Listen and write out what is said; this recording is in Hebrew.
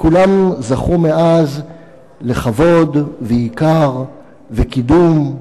כולם זכו מאז לכבוד ויקר וקידום.